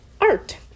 art